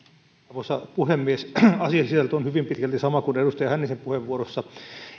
arvoisa puhemies asiasisältö on hyvin pitkälti sama kuin edustaja hännisen puheenvuorossa